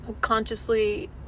consciously